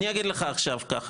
אני אגיד לך ככה,